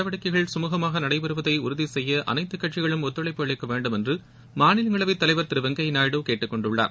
நடவடிக்கைகள் சுமூகமாக நடைபெறுவதை உறுதி செய்ய அனைத்து நாடாளுமன்ற கட்சிகளும் ஒத்துழைப்பு அளிக்க வேண்டும் என்று மாநிலங்களவை தலைவர் திரு வெங்கையா நாயுடு கேட்டுக் கொண்டுள்ளார்